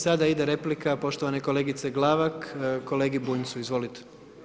I sada ide replika poštovane kolegice Glavak kolegi Bunjcu, izvolite.